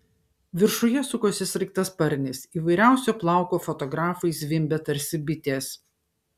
viršuje sukosi sraigtasparnis įvairiausio plauko fotografai zvimbė tarsi bitės